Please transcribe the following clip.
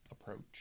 approach